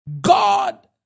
God